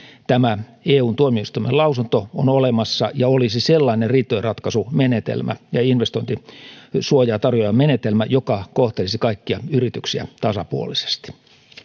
eun tuomioistuimen lausunto on olemassa ja olisi sellainen riitojenratkaisumenetelmä ja investointisuojaa tarjoava menetelmä joka kohtelisi kaikkia yrityksiä tasapuolisesti